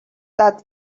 that